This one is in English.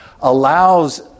allows